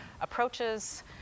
approaches